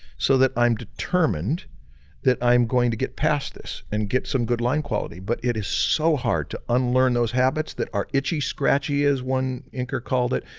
so that i'm determined that i'm going to get past this and get some good line quality but it is so hard to unlearn those habits that are itchy-scratchy as one inker called it,